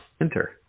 Enter